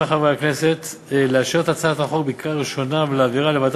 התנאים המוצעים הם פשוטים יחסית לבחינה וידועים בעת